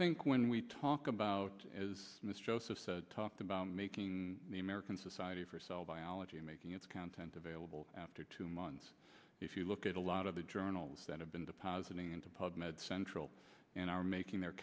think when we talk about this joseph talked about making the american society for cell biology making its content available after two months if you look at a lot of the journals that have been depositing into pub med central and are making their